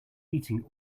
beating